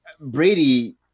Brady